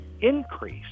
increase